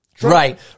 Right